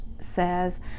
says